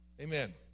Amen